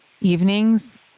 evenings